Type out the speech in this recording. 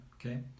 okay